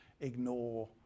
ignore